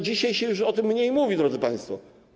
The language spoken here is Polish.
Dzisiaj się już o tym mniej mówi, drodzy państwo.